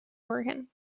oregon